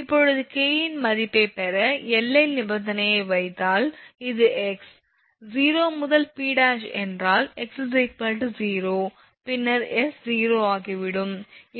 இப்போது K ன் மதிப்பைப் பெற எல்லை நிபந்தனையை வைத்தால் இது x 0 முதல் P′ என்றால் x 0 பின்னர் s 0 ஆகிவிடும்